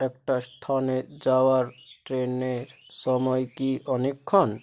একটা স্থানে যাওয়ার ট্রেনের সময় কি অনেকক্ষণ